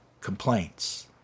complaints